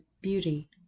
beauty